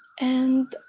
and